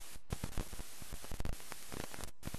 בצורה שתבטיח מעבר חד